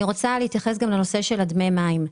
אני רוצה להתייחס לנושא של דמי המים.